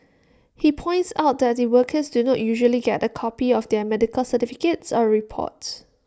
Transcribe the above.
he points out that the workers do not usually get A copy of their medical certificates or reports